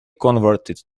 converted